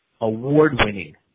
award-winning